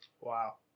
Wow